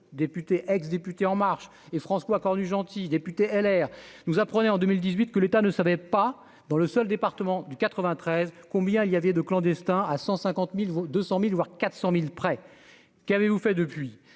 député ex-député en marche et François Cornut-Gentille, député LR nous apprenait en 2018, que l'État ne savait pas dans le seul département du quatre-vingt-treize combien il y avait de clandestins à 150000 200000 voire 400000 prêts qui avez-vous fait depuis